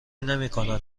نمیکنند